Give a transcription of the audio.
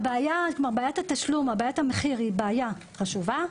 שבעיית התשלום או בעיית המחיר היא בעיה חשובה,